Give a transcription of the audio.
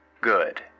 Good